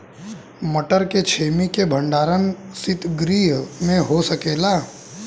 मटर के छेमी के भंडारन सितगृह में हो सकेला?